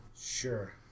sure